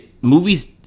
movies